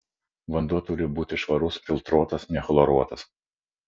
vanduo turi būti švarus filtruotas nechloruotas